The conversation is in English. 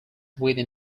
within